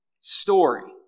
story